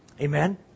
Amen